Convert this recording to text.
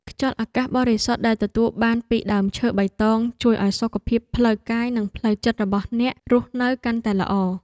ខ្យល់អាកាសបរិសុទ្ធដែលទទួលបានពីដើមឈើបៃតងជួយឱ្យសុខភាពផ្លូវកាយនិងផ្លូវចិត្តរបស់អ្នករស់នៅកាន់តែល្អ។